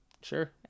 sure